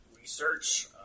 research